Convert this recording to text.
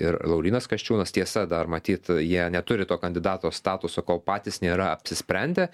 ir laurynas kasčiūnas tiesa dar matyt jie neturi to kandidato statuso kol patys nėra apsisprendę